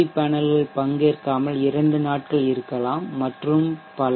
we பேனல்கள் பங்கேற்காமல் இரண்டு நாட்கள் இருக்கலாம் மற்றும் பல